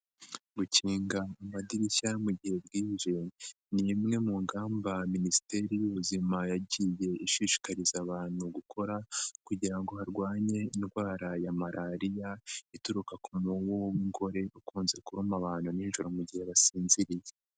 Gukinga amadirishya mu gihe byinjiwe, ni imwe mu ngamba Minisiteri y'ubuzima yagiye ishishikariza abantu gukora kugira ngo harwanye indwara ya marariya ituruka ku mubu w'ingore ukunze kuruma abantu nijoro mu gihe basinziriye.